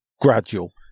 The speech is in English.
gradual